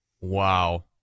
Wow